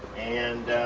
and